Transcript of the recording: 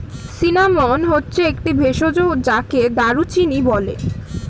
cinnamon হচ্ছে একটি ভেষজ যাকে দারুচিনি বলে